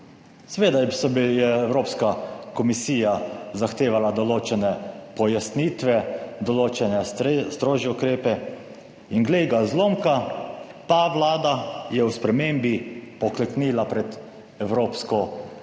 Seveda je Evropska komisija zahtevala določene pojasnitve, določene strožje ukrepe. In glej ga zlomka, ta Vlada je v spremembi pokleknila pred evropsko, jaz